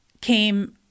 came